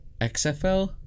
XFL